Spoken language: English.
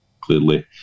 clearly